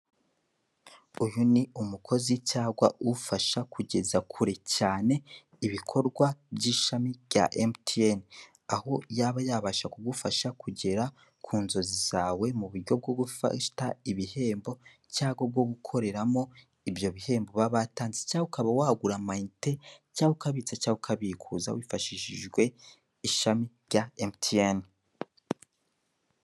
Uyu ni umukozi cyangwa ufasha kugera kure cyane ibikorwa byishami rya emutiyeni, aho yaba yabasha kukugeza kunzozi zawe muburyo bwo gufata ibihembo cyangwa bwo gukoreramo ibyo bihembo baba batanze cyangwa ukaba wagura amayinite cyangwa uka bitsa cyangwa ukabikuza wifashishije ishami rya emutiyeni.